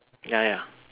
ya ya